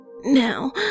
now